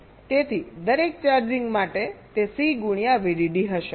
તેથી દરેક ચાર્જિંગ માટે તે C ગુણ્યા VDD હશે